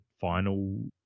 final